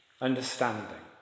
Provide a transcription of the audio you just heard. understanding